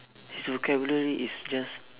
his vocabulary is just